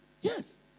Yes